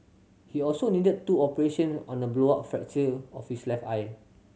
he also needed two operations on a blowout fracture of his left eye